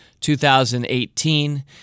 2018